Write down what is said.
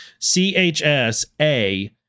CHSA